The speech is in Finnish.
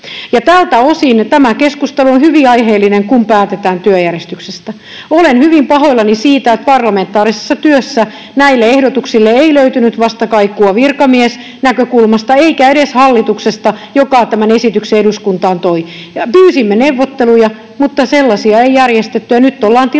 Tältä osin tämä keskustelu on hyvin aiheellinen, kun päätetään työjärjestyksestä. Olen hyvin pahoillani siitä, että parlamentaarisessa työssä näille ehdotuksille ei löytynyt vastakaikua virkamiesnäkökulmasta eikä edes hallituksesta, joka tämän esityksen eduskuntaan toi. Pyysimme neuvotteluja, mutta sellaisia ei järjestetty, ja nyt ollaan tilanteessa,